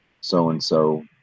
so-and-so